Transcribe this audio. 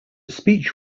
speech